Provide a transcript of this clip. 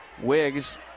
Wiggs